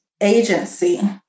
agency